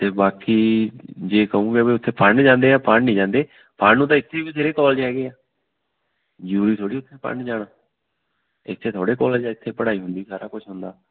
ਅਤੇ ਬਾਕੀ ਜੇ ਕਹੂਗੇ ਵੀ ਉੱਥੇ ਪੜ੍ਹਨ ਜਾਂਦੇ ਆ ਪੜ੍ਹ ਨਹੀਂ ਜਾਂਦੇ ਪੜ੍ਹਨ ਨੂੰ ਤਾਂ ਇੱਥੇ ਵੀ ਬਥੇਰੇ ਕੋਲਜ ਹੈਗੇ ਆ ਜ਼ਰੂਰੀ ਥੋੜ੍ਹੀ ਉੱਥੇ ਪੜ੍ਹਨ ਜਾਣਾ ਇੱਥੇ ਥੋੜ੍ਹੇ ਕੋਲਜ ਆ ਇੱਥੇ ਪੜ੍ਹਾਈ ਹੁੰਦੀ ਸਾਰਾ ਕੁਛ ਹੁੰਦਾ